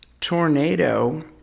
Tornado